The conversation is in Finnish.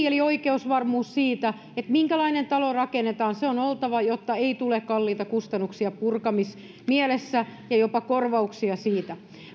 eli oikeusvarmuus siitä minkälainen talo rakennetaan se on oltava jotta ei tule kalliita kustannuksia purkamismielessä ja jopa korvauksia siitä